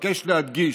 מבקש להדגיש,